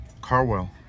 Carwell